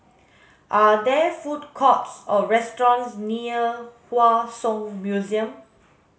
are there food courts or restaurants near Hua Song Museum